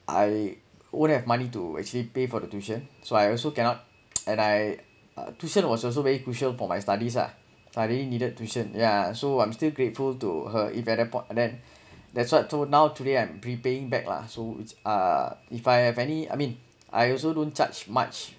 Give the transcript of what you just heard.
I wouldn't have money to actually pay for the tuition so I also cannot and I uh tuition was also very crucial for my studies ah I really needed tuition yeah so I'm still grateful to her if an and then that's what to now today I am prepaying back lah so it's uh if I have any I mean I also don't charge much